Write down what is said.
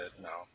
No